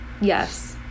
Yes